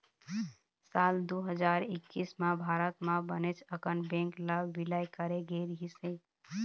साल दू हजार एक्कइस म भारत म बनेच अकन बेंक ल बिलय करे गे रहिस हे